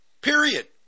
Period